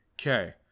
Okay